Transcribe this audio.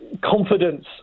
confidence